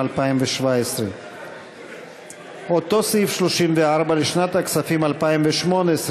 2017. אותו סעיף 34 לשנת הכספים 2018,